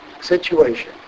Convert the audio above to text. situation